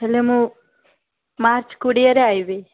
ହେଲେ ମୁଁ ମାର୍ଚ୍ଚ କୋଡ଼ିଏରେ ଆସିବି